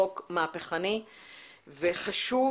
חוק מהפכני וחשוב,